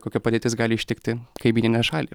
kokia padėtis gali ištikti kaimyninę šalį